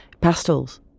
pastels